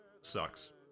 Sucks